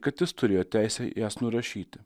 kad jis turėjo teisę jas nurašyti